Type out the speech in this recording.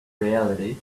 reality